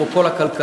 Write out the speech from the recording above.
כמו כל הכלכלה,